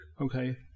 Okay